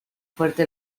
fuerte